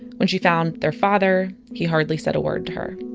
when she found their father, he hardly said a word to her.